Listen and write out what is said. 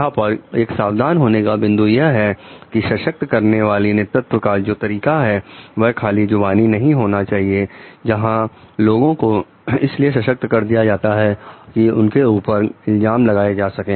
यहां पर एक सावधान होने का बिंदु यह है कि सशक्त करने वाली नेतृत्व का जो तरीका है यह खाली जुबानी नहीं होना चाहिए जहां लोगों को इसलिए सशक्त कर दिया जाता है कि उनके ऊपर इल्जाम लगाए जा सके